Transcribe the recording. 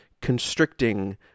constricting